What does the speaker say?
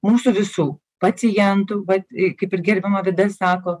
mūsų visų pacientų va kaip ir gerbiama vida sako